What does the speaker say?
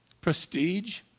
Prestige